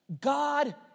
God